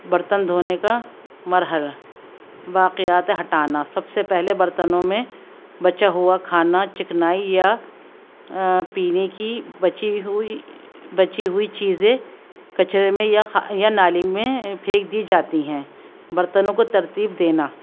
برتن دھونے کا مرحلہ واقعات ہٹانا سب سے پہلے برتنوں میں بچا ہوا کھانا چکنائی یا پینے کی بچی ہوئی بچی ہوئی چیزیں کچرے میں یا یا نالی میں پھینک دی جاتی ہیں برتنوں کو ترتیب دینا